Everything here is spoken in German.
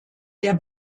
der